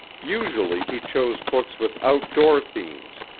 usually he chose books with outdoor themes,